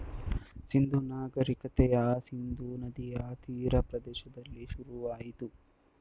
ಸಿಂಧೂ ನಾಗರಿಕತೆಯ ಸಿಂಧೂ ನದಿಯ ತೀರ ಪ್ರದೇಶದಲ್ಲಿ ಶುರುವಾಯಿತು